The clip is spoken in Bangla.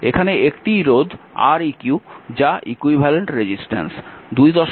এখানে একটিই রোধ Req যা ইকুইভ্যালেন্ট রেজিস্ট্যান্স